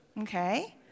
Okay